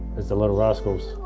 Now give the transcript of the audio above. the little rascals.